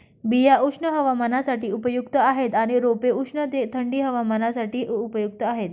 बिया उष्ण हवामानासाठी उपयुक्त आहेत आणि रोपे उष्ण ते थंडी हवामानासाठी उपयुक्त आहेत